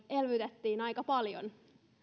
elvytettiin aika paljon